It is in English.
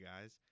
guys